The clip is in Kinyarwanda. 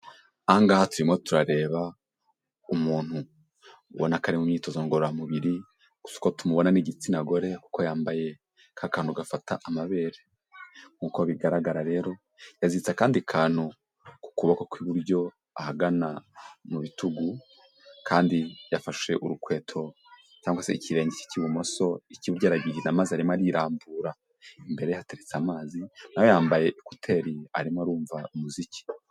Aha ngaha turimo turareba umuntu ubona kari mu myitozo ngororamubiri gusa kuko tumubona n'igitsina gore kuko yambaye ka kantu gafata amabere nk'uko bigaragara rero yaziritse akandi kantu ku kubo kw'iburyo ahagana mu bitugu kandi yafashe urukweto cyangwa se ikirenge cye cy'ibumoso icy'iburyo aragihina maze arimo arirambura, imbere hateriretse amazi nawe yambaye ekuteri arimo arumva umuziki.